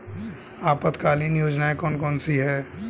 अल्पकालीन योजनाएं कौन कौन सी हैं?